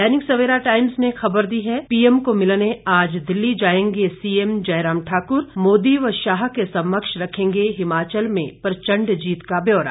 दैनिक Savera Times ने खबर दी है पीएम को मिलने आज दिल्ली जाएंगे सीएम जयराम ठाकुर मोदी व शाह के समक्ष रखेंगे हिमाचल में प्रचंड जीत का ब्यौरा